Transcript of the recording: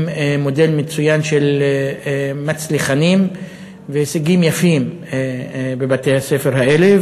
מודל מצוין של מצליחנים ושל הישגים יפים בבתי-הספר האלה,